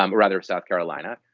um rather, south carolina,